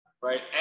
right